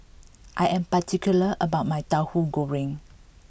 I am particular about my Tauhu Goreng